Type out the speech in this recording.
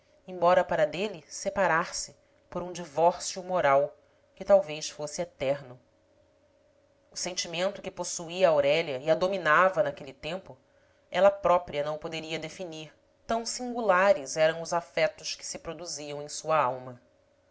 embora para dele separar-se por um divórcio moral que talvez fosse eterno o sentimento que possuía aurélia e a dominava naquele tempo ela própria não o poderia definir tão singulares eram os afetos que se produziam em sua alma